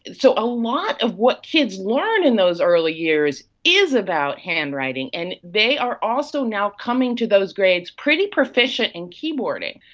so a lot of what kids learn in those early years is about handwriting, and they are also now coming to those grades pretty proficient in keyboarding.